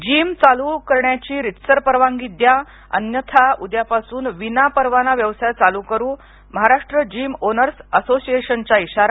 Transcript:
gym चालू करण्याची रीतसर परवानगी द्याअन्यथा उद्यापासून विनापरवाना व्यवसाय चालु करू महाराष्ट्र जिम ओनर्स असोसिएशनचा इशारा